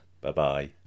bye-bye